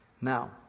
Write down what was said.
Now